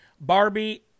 Barbie